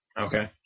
Okay